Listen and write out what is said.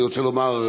אני רוצה לומר,